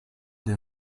der